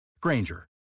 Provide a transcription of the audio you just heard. Granger